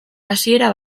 hasiera